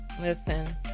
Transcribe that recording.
Listen